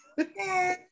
Okay